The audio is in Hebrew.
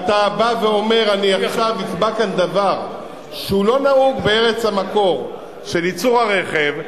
ואומר: עכשיו הצבעתי על דבר שהוא לא נהוג בארץ המקור של ייצור הרכב,